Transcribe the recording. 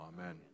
Amen